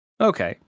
Okay